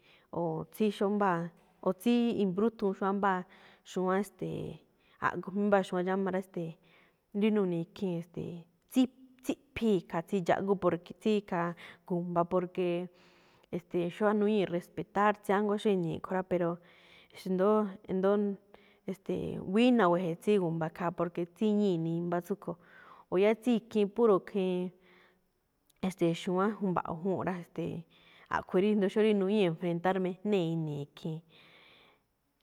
Oo tsí xó mbáa o tsí i̱mbrúthun xóo mbáa xu̱wánꞌ, ste̱e̱, a̱ꞌgo̱ juun mbáa xu̱wánꞌ dxáma rá, ste̱e̱, rí nuni̱i̱ khii̱n ste̱e̱ tsí tsíꞌphii̱ khaa tsí dxáꞌgú porqué tsí khaa gu̱mba, porque e̱ste̱e̱ xó nuñíi̱ respetáár tsiánguá xó ini̱i̱ kho̱ rá pero ndo̱ó e̱ndo̱ó ste̱e̱ buína̱ gue̱je̱ tsí gu̱mba khaa porque tsíñíi nimbá tsúꞌkho̱. O yá ikhii púro̱ khiin ste̱e̱ xu̱wán ja̱mba̱ꞌo̱ júu̱nꞌ rá, ste̱e̱. A̱ꞌkhue̱n rí jndo xó rí nuñíi̱ enfrentáár mejnée̱ ini̱i̱ khii̱n